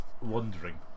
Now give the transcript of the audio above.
wandering